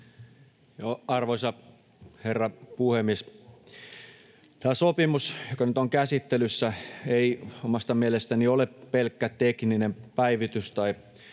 Arvoisa herra puhemies! Tämä sopimus, joka nyt on käsittelyssä, ei omasta mielestäni ole pelkkä tekninen päivitys